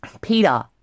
Peter